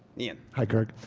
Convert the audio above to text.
ian? hi, kirk.